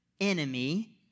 enemy